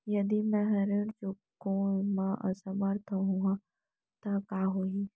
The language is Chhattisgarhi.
यदि मैं ह ऋण चुकोय म असमर्थ होहा त का होही?